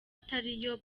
atariyo